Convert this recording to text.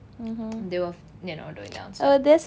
they were you know doing